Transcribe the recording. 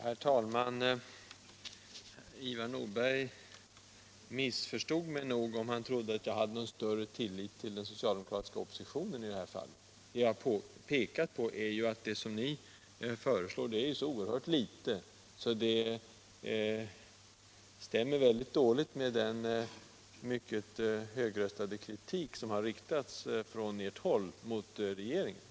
Herr talman! Ivar Nordberg missförstod mig, om han trodde att jag har någon större tillit till den socialdemokratiska oppositionen i det här fallet. Vad jag har pekat på är, att det som ni föreslår är så oerhört litet, att det rimmar dåligt med den kritik som från ert håll riktats mot regeringen.